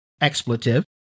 expletive